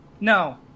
No